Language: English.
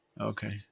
Okay